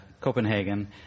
Copenhagen